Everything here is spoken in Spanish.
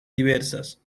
diversas